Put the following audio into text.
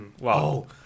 wow